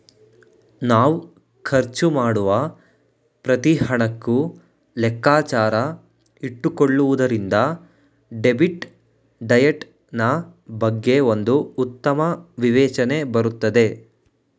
ನಾವ್ ಖರ್ಚು ಮಾಡುವ ಪ್ರತಿ ಹಣಕ್ಕೂ ಲೆಕ್ಕಾಚಾರ ಇಟ್ಟುಕೊಳ್ಳುವುದರಿಂದ ಡೆಬಿಟ್ ಡಯಟ್ ನಾ ಬಗ್ಗೆ ಒಂದು ಉತ್ತಮ ವಿವೇಚನೆ ಬರುತ್ತದೆ